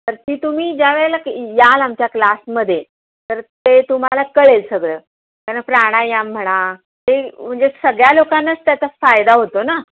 तर ती तुम्ही ज्या वेळेला की याल आमच्या क्लासमध्ये तर ते तुम्हाला कळेल सगळं कारण प्राणायाम म्हणा ते म्हणजे सगळ्या लोकांनाच त्याचा फायदा होतो ना